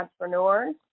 entrepreneurs